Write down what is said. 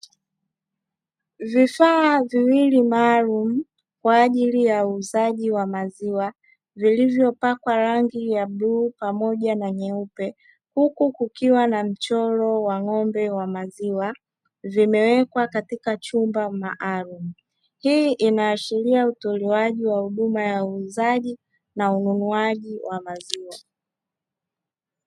Vifaa viwili maalumu kwa ajili ya uuzaji wa maziwa vilivyo pakwa rangi ya bluu pamoja na nyeupe huku kukiwa na mchoro wa ng'ombe wa maziwa vimewekwa katika chupa maalumu, hii ina ashiria utolewaji wa huduma ya uuzaji na ununuaji wa maziwa.